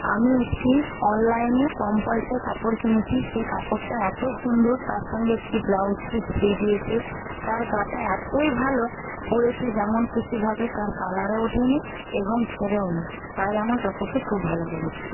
আমি একটি অনলাইনে কম পয়সায় কাপড় কিনেছি সেই কাপড়টা এত সুন্দর তার সঙ্গে একটি ব্লাউজ পিস ফ্রি দিয়েছে তার গা টা এতই ভালো পরেছি যেমন খুশিভাবে তার কালারও ওঠেনি এবং ছেঁড়েওনি তাই আমার কাপড়টি খুব ভালো লেগেছে